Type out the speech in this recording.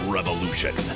Revolution